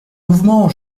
mouvement